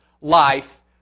life